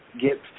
get